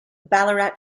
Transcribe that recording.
ballarat